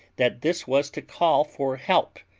that this was to call for help,